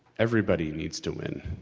everybody needs to win.